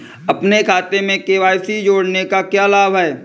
अपने खाते में के.वाई.सी जोड़ने का क्या लाभ है?